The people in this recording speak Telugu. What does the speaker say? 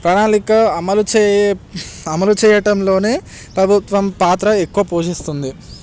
ప్రణాళిక అమలు చే అమలు చేయటంలోనే ప్రభుత్వం పాత్ర ఎక్కువ పోషిస్తుంది